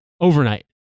overnight